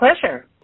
pleasure